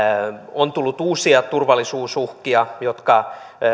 on tullut uusia turvallisuusuhkia jotka